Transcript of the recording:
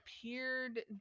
appeared